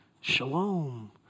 Shalom